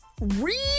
real